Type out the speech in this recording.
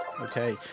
Okay